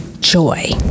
joy